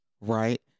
right